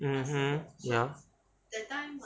mmhmm ya